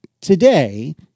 today